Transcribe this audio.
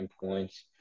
points